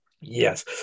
Yes